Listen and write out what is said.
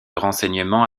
renseignements